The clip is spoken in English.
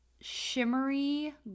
shimmery